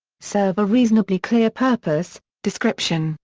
serve a reasonably clear purpose description,